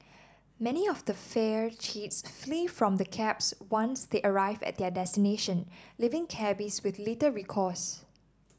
many of the fare cheats flee from the cabs once they arrive at their destination leaving cabbies with little recourse